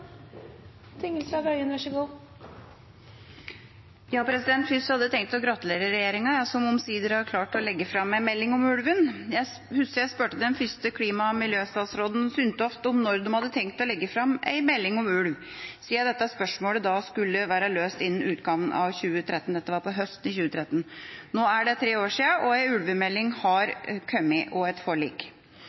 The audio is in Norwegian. Først hadde jeg tenkt å gratulere regjeringa, som omsider har klart å legge fram en melding om ulven. Jeg husker at jeg spurte den første klima- og miljøstatsråden, Sundtoft, om når de hadde tenkt å legge fram en melding om ulv, siden dette spørsmålet skulle være løst innen utgangen av 2013 – dette var på høsten 2013. Nå er det tre år siden, og en ulvemelding har kommet – og et forlik.